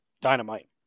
Dynamite